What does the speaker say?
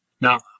Now